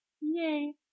Yay